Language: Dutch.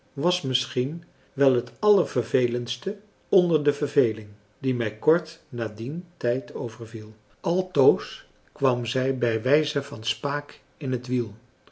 was misschien wel het allervervelendste onder de verveling die mij kort na dien tijd overviel altoos kwam zij bij wijze van spaak in het wiel